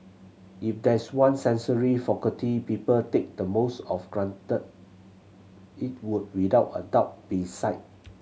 if there is one sensory faculty people take the most of granted it would without a doubt be sight